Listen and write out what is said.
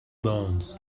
bonds